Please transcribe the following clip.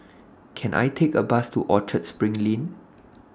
Can I Take A Bus to Orchard SPRING Lane